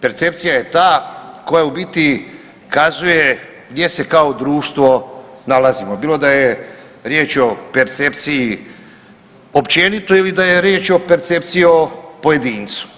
Percepcija je ta koja u biti kazuje gdje se kao društvo nalazimo bilo da je riječ o percepciji općenito ili da je riječ o percepciji o pojedincu.